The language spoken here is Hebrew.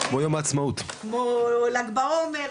כמו ל"ג בעומר,